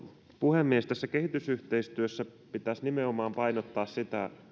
puhemies tässä kehitysyhteistyössä pitäisi nimenomaan painottaa sitä